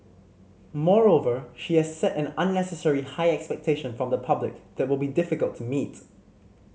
moreover she has set an unnecessary high expectation from the public that would be difficult to meet